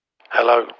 Hello